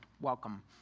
Welcome